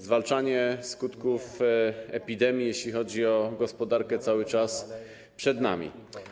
Zwalczanie skutków epidemii, jeśli chodzi o gospodarkę, cały czas przed nami.